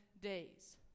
days